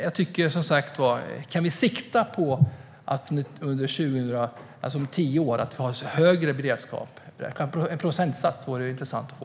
Jag tycker dock, som sagt var, att vi ska sikta på att ha högre beredskap om tio år. En procentsats vore intressant att få.